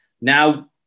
now